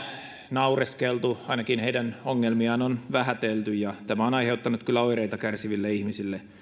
naureskeltu ainakin heidän ongelmiaan on vähätelty ja tämä on aiheuttanut kyllä oireita kärsiville ihmisille